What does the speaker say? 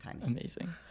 Amazing